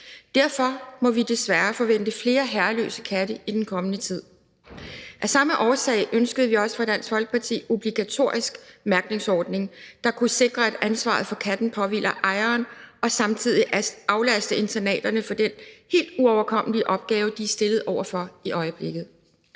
Derfor må vi desværre forvente flere herreløse katte i den kommende tid. Af samme årsag ønskede vi også fra Dansk Folkeparti en obligatorisk mærkningsordning, der kunne sikre, at ansvaret for katten påhviler ejeren, og samtidig aflaste internaterne for den helt uoverkommelige opgave, de er stillet over for i øjeblikket.